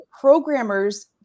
programmers